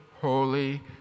holy